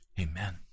Amen